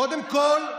קודם כול,